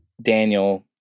daniel